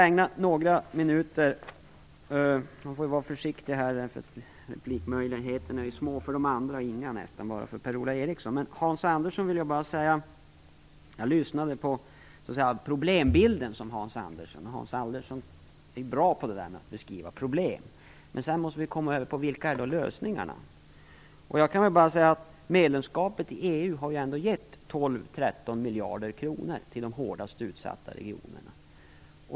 Jag tog del av den problembild som Hans Andersson målade upp. Hans Andersson är bra på att beskriva problem, men vilka är då lösningarna? Medlemskapet i EU har ändå gett 12-13 miljarder kronor till de hårdast utsatta regionerna.